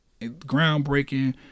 groundbreaking